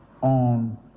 on